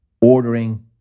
ordering